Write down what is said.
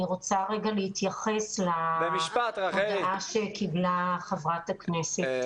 אני רוצה להתייחס להודעה שקיבלה חברת הכנסת